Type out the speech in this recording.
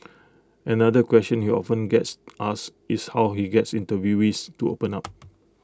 another question he often gets asked is how he gets interviewees to open up